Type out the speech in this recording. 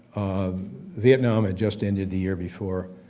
vietnam had just ended the year before,